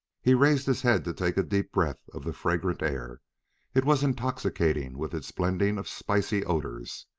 he raised his head to take a deep breath of the fragrant air it was intoxicating with its blending of spicy odors.